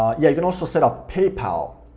ah yeah you can also set up paypal.